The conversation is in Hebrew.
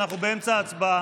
גם לחלופין ג' לא עבר.